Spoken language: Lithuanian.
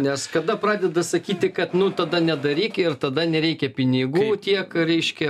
nes kada pradeda sakyti kad nu tada nedaryk ir tada nereikia pinigų tiek reiškia